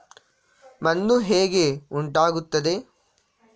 ಮಣ್ಣು ಹೇಗೆ ಉಂಟಾಗುತ್ತದೆ?